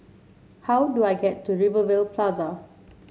how do I get to Rivervale Plaza